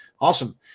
awesome